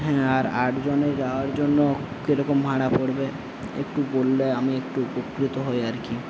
হ্যাঁ আর আটজনের যাওয়ার জন্য কিরকম ভাড়া পরবে একটু বললে আমি একটু উপকৃত হই আর কি